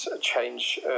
change